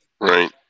Right